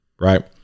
right